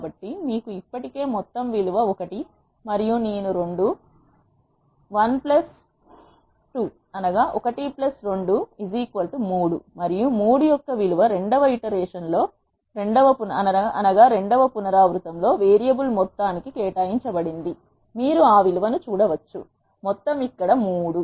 కాబట్టి మీకు ఇప్పటికే మొత్తం విలువ ఒకటి మరియు నేను 2 1 2 3 మరియు 3 యొక్క విలువ రెండవ పునరావృతం లో వేరియబుల్ మొత్తానికి కేటాయించబడింది మీరు ఆ విలువను చూడవచ్చు మొత్తం ఇక్కడ 3